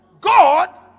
God